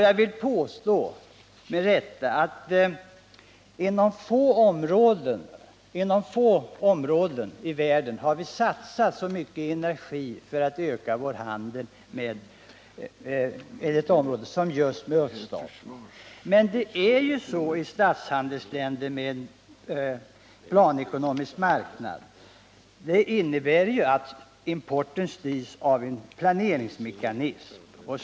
Jag vill med rätta påstå att inom få områden i världen har vi satsat så mycket energi för att öka vår handel som inom öststatsområdet. Men i statshandelsländer innebär den planekonomiska marknaden att importen styrs av en planmekanism.